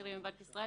שירלי מבנק ישראל,